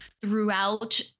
throughout